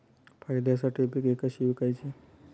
फायद्यासाठी पिके कशी विकायची?